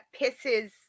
pisses